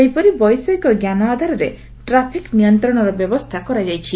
ସେହିପରି ବୈଷୟିକ ଜ୍ଞାନ ଆଧାରରେ ଟ୍ରାଫିକ୍ ନିୟନ୍ତ୍ରଣର ବ୍ୟବସ୍ଥା କରାଯାଇଛି